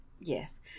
Yes